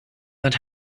that